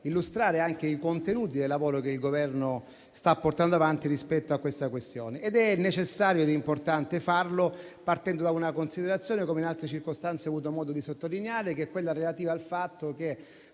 illustrare i contenuti del lavoro che il Governo sta portando avanti rispetto alla questione al nostro esame. È necessario e importante farlo partendo da una considerazione, che in altre circostanze ho avuto modo di sottolineare, relativa al fatto che,